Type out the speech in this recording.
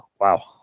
wow